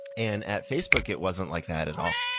and at facebook, it wasn't like that at all.